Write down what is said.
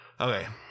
Okay